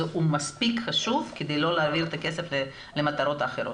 הוא מספיק חשוב כדי לא להעביר את הכסף למטרות אחרות,